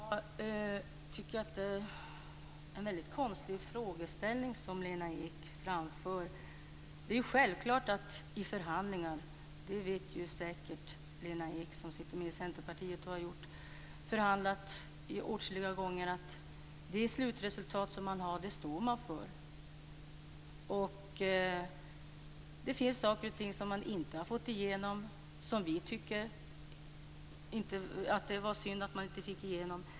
Fru talman! Jag tycker att det är en mycket konstig frågeställning som Lena Ek framför. Lena Ek som sitter med i Centerpartiet och har förhandlat åtskilliga gånger vet säkert att det är självklart att man står för det slutresultat som man har nått i förhandlingar. Det finns saker och ting som vi inte har fått igenom, som vi tycker är synd att vi inte fått igenom.